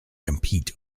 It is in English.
compete